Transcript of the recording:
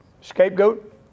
Scapegoat